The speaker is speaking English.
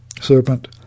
Serpent